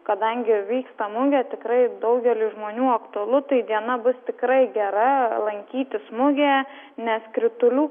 kadangi vyksta mugė tikrai daugeliui žmonių aktualu tai diena bus tikrai gera lankytis mugėje nes kritulių